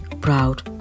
proud